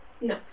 No